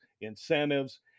incentives